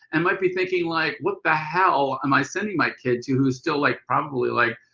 and might be thinking like what the hell am i sending my kid to who's still like probably like,